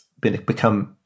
become